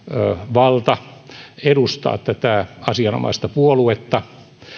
valta edustaa tätä asianomaista puoluetta